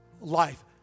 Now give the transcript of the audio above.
life